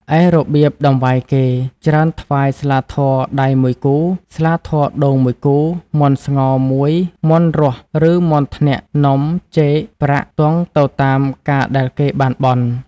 ឯរបៀបតង្វាយគេ ច្រើនថ្វាយស្លាធម៌ដៃ ១គូ ស្លាធម៌ដូង ១គូ មាន់ស្ងោរ ១ មាន់រស់ ឬ មាន់ធ្នាក់ នំ ចេក ប្រាក់ ទង់ ទៅតាម ការដែលគេបានបន់ ។